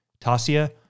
Tasia